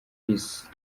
peace